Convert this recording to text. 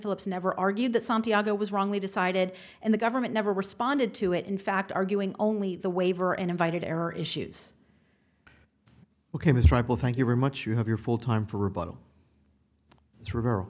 phillips never argued that santiago was wrongly decided and the government never responded to it in fact arguing only the waiver and invited error issues became is tribal thank you very much you have your full time